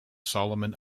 solomon